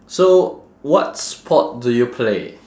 so what sport do you play